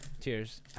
Cheers